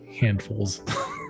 handfuls